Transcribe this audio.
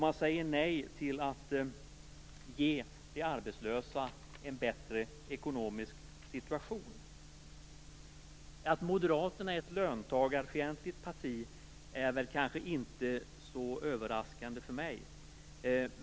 De säger nej till att ge de arbetslösa en bättre ekonomisk situation. Att Moderaterna är ett löntagarfientligt parti är väl kanske inte så överraskande för mig.